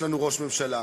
ראש ממשלה.